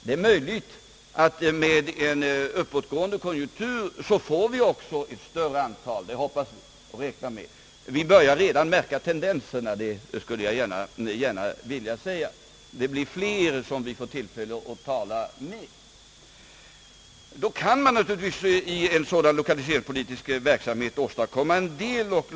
Det är möjligt att vi med en uppåtgående konjunktur får ett större antal företag. Det hoppas vi, och vi börjar redan märka tendenser härtill — det skulle jag gärna vilja framhålla. Och vi får tillfälle att tala med flera. Genom en sådan lokaliseringspolitisk verksamhet kan man naturligtvis åstadkomma en del.